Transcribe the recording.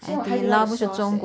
是用海底捞的 sauce